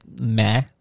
meh